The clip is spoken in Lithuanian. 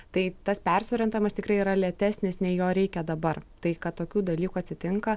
tai tas persiorientavimas tikrai yra lėtesnis nei jo reikia dabar tai kad tokių dalykų atsitinka